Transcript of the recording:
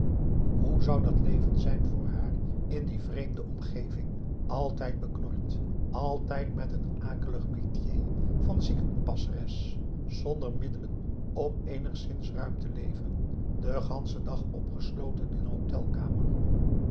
hoe zou dat leven zijn voor haar in die vreemde omgeving altijd beknord altijd met het akelig métier van ziekenoppasseres zonder middelen om eenigszins ruim te leven den ganschen dag opgesloten in een hotel kamer